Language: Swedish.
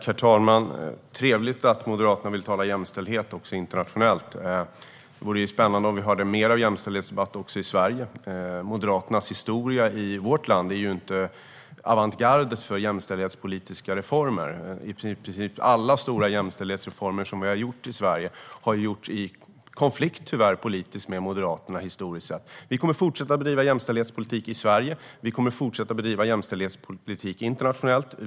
Herr talman! Trevligt att Moderaterna vill tala jämställdhet också internationellt! Det vore spännande om vi hade mer av jämställdhetsdebatt också i Sverige. Moderaternas historia i vårt land är ju inte avantgarde för jämställdhetspolitiska reformer. Historiskt sett har i princip alla stora jämställdhetsreformer i Sverige tyvärr gjorts i politisk konflikt med Moderaterna. Vi kommer att fortsätta att bedriva jämställdhetspolitik i Sverige. Vi kommer att fortsätta bedriva jämställdhetspolitik internationellt.